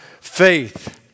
faith